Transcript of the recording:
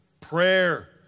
prayer